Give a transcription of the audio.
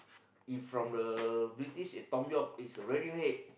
if from the British is Thom-Yorke is Radiohead